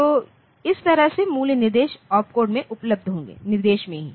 तो इस तरह से मूल्य निर्देश ओपकोड में उपलब्ध होंगे निर्देश में ही